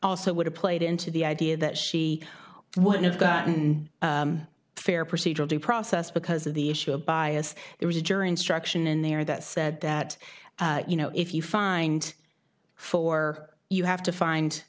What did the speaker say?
also would have played into the idea that she would have gotten a fair procedural due process because of the issue of bias it was a jury instruction in there that said that you know if you find four you have to find